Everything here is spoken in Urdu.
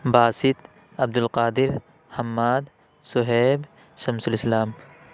باسط عبد القادر حماد سہیب شمس الاسلام